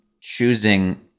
choosing